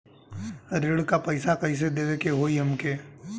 ऋण का पैसा कइसे देवे के होई हमके?